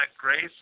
grace